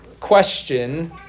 question